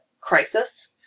crisis